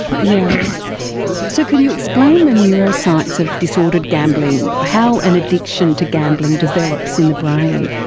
yeah so can you explain the neuroscience of disordered gambling, how an addiction to gambling develops in the brain?